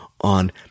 On